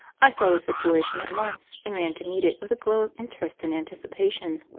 i saw the situation at once and ran to meet it with a glow of interest and anticipation.